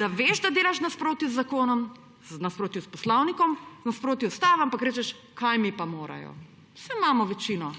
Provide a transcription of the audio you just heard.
da veš, da delaš v nasprotju z zakonom, v nasprotju s poslovnikom, v nasprotju z ustavo, ampak rečeš, kaj mi pa morajo, saj imamo večino.